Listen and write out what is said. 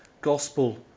gospel